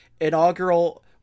inaugural